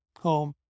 home